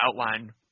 outline